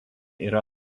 yra